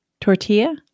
tortilla